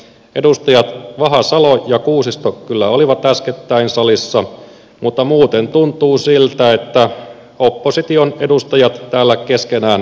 edustajat vahasalo ja kuusisto kyllä olivat äskettäin salissa mutta muuten tuntuu siltä että opposition edustajat täällä keskenään keskustelevat